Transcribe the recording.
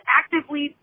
actively